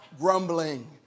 grumbling